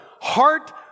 heart